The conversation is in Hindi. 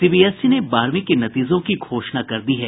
सीबीएसई ने बारहवीं के नतीजों की घोषणा कर दी है